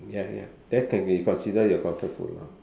ya ya that can be considered your comfort food lah